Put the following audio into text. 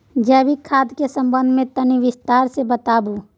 जैविक खाद के संबंध मे तनि विस्तार स बताबू?